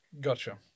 Gotcha